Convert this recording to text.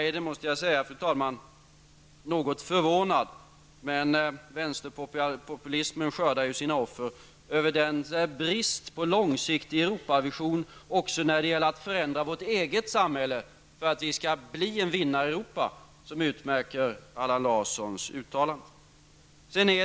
Jag måste säga, fru talman, att jag är något förvånad -- men vänsterpopulismen skördar ju sina offer -- över den brist på långsiktig Europavision också när det gäller att förändra vårt eget samhälle för att vi skall bli en vinnare i Europa, som utmärker Allan Larssons uttalanden.